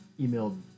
emailed